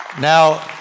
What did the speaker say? Now